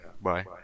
bye